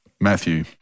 Matthew